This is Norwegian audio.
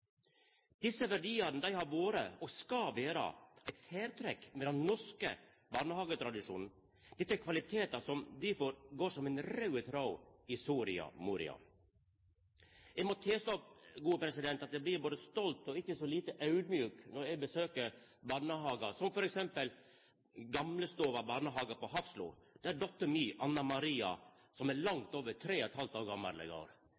Desse verdiane har vore og skal vera eit særtrekk ved den norske barnehagetradisjonen. Dette er kvalitetar som difor går som ein raud tråd gjennom Soria Moria-erklæringa. Eg må tilstå at eg blir både stolt og ikkje så lite audmjuk når eg besøkjer barnehagar som f.eks. Gamlestova barnehage på Hafslo, der dottera mi Anna Maria – som er